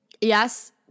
Yes